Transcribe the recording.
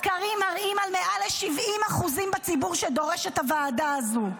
הסקרים מראים על מעל 70% בציבור שדורש את הוועדה הזאת.